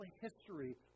history